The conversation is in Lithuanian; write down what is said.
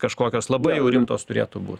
kažkokios labai jau rimtos turėtų būt